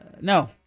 No